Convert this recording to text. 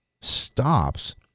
stops